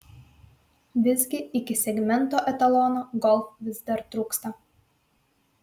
visgi iki segmento etalono golf vis dar trūksta